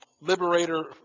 liberator